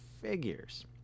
figures